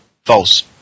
False